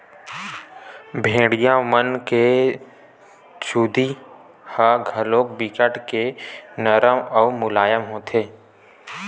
भेड़िया मन के चूदी ह घलोक बिकट के नरम अउ मुलायम होथे भईर